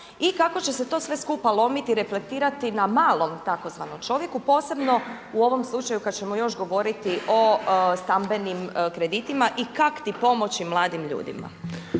i kako će se to sve skupa lomiti i reflektirati na malom tzv. čovjeku, posebno u ovom slučaju kada ćemo još govoriti o stambenim kreditima i kakti pomoći mladim ljudima.